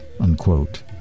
unquote